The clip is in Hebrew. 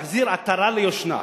להחזיר עטרה ליושנה,